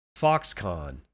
Foxconn